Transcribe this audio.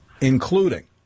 including